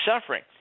suffering